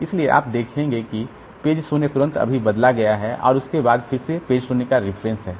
इसलिए आप देखें कि पेज 0 तुरंत अभी बदला गया है और उसके बाद फिर से पेज 0 का रेफरेंस है